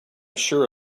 sure